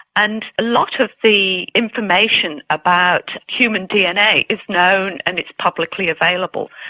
and a lot of the information about human dna is known and it's publicly available.